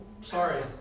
sorry